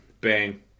bang